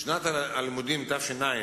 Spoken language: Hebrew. בשנת הלימודים תש"ע,